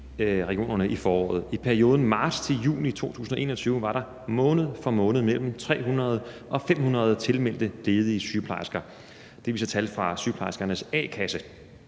i foråret. I perioden marts til juni 2021 var der måned for måned mellem 300 og 500 tilmeldte ledige sygeplejersker. Det viser tal fra sygeplejerskernes a-kasse.